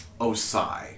Osai